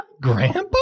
Grandpa